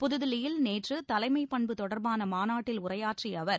புதுதில்லியில் நேற்று தலைமைப்பண்பு தொடர்பான மாநாட்டில் உரையாற்றிய அவர்